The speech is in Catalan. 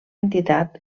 entitat